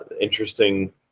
Interesting